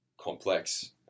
complex